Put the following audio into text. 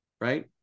right